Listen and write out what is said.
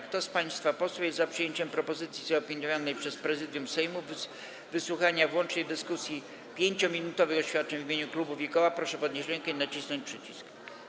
Kto z państwa posłów jest za przyjęciem propozycji zaopiniowanej przez Prezydium Sejmu wysłuchania w łącznej dyskusji 5-minutowych oświadczeń w imieniu klubów i koła, proszę podnieść rękę i nacisnąć przycisk.